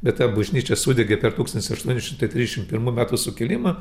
bet ta bažnyčia sudegė per tūkstantis aštuoni šimtai trisdešim pirmų metų sukilimą